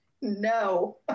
no